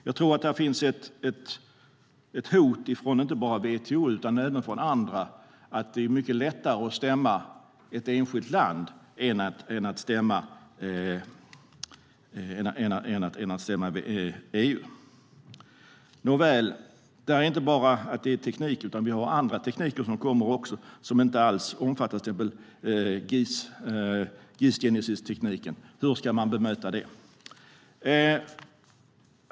Jag tror att där finns ett hot från inte bara WTO utan även från andra att det är mycket lättare att stämma ett enskilt land än att stämma EU. Nåväl, vi har också andra tekniker som kommer, som inte alls omfattas av till exempel GIS genesisteknik. Hur ska man bemöta det?